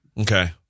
Okay